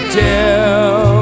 tell